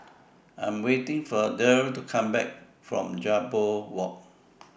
I Am waiting For Derl to Come Back from Jambol Walk